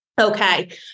okay